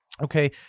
Okay